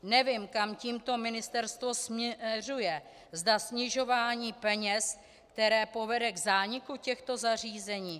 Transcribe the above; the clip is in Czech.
Nevím, kam tímto ministerstvo směřuje, zda snižování peněz, které povede k zániku těchto zařízení?